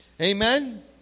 Amen